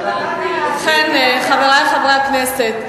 חברי חברי הכנסת,